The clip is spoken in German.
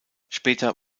später